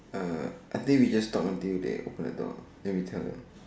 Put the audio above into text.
uh I think we talk until they open the door and then we tell them